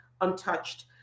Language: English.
untouched